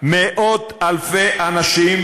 מאות-אלפי אנשים,